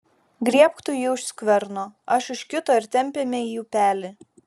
griebk tu jį už skverno aš už kito ir tempiame į upelį